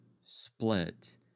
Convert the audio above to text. split